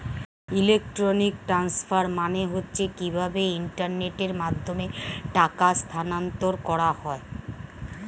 electronic transfer মানে হচ্ছে কিভাবে ইন্টারনেটের মাধ্যমে টাকা স্থানান্তর করা হয়